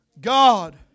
God